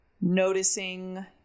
noticing